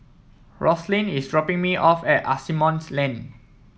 Roslyn is dropping me off at Asimont Lane